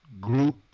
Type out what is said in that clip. group